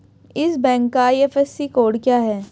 इस बैंक का IFSC code क्या है?